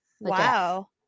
Wow